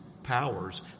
Powers